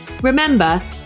Remember